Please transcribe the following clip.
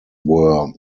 were